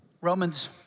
romans